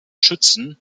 schützen